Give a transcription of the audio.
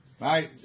right